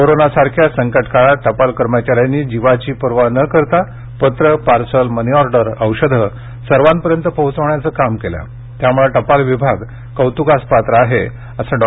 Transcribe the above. कोरोनासारख्या संकट काळात टपाल कर्मचाऱ्यांनी जीवाची पर्वा न करता पत्र पार्सल मनीऑर्डर औषधं सर्वापर्यंत पोहोचण्याचं काम केलं त्यामुळे टपाल विभाग कौतुकास पात्र आहे असं डॉ